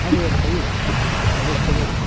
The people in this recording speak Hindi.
हाँ भैया बताइए आदेश करिए